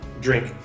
drink